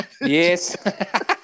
Yes